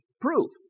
proof